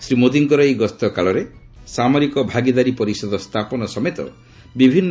ଶ୍ରୀ ମୋଦୀଙ୍କର ଏହି ଗସ୍ତକାଳରେ ସାମରିକ ଭାଗିଦାରୀ ପରିଷଦ ସ୍ଥାପନ ସମେତ ବିଭିନ୍ନ